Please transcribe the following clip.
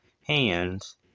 hands